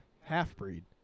half-breed